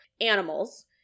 animals